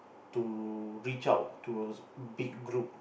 to reach out to big group